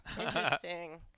interesting